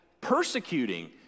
persecuting